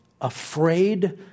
afraid